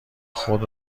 خود